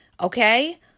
okay